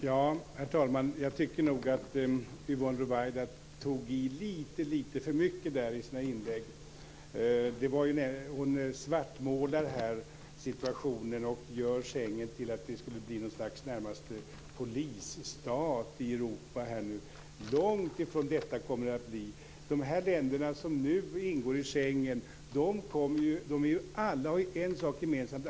Herr talman! Jag tycker nog att Yvonne Ruwaida tog i litet för mycket i sina inlägg. Hon svartmålar situationen och får det till att Schengensamarbetet närmast innebär att Europa blir något slags polisstat. Det kommer långt ifrån att bli så. De länder som nu ingår i Schengensamarbetet har alla en sak gemensamt.